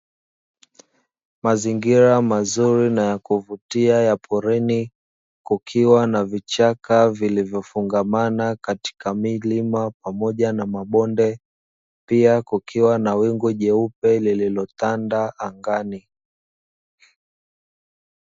Mazingira mazuri na ya kuvutia ya porini, kukiwa na vichaka vilivyofungamana katika milima pamoja na mabonde, pia kukiwa na wingu jeupe lililotanda angani.